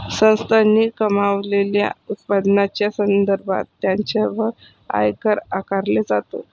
संस्थांनी कमावलेल्या उत्पन्नाच्या संदर्भात त्यांच्यावर आयकर आकारला जातो